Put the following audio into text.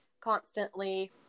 constantly